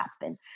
happen